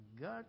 God